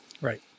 Right